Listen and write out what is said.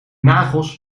nagels